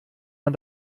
man